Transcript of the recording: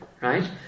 right